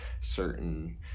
certain